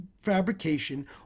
fabrication